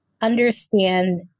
understand